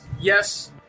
yes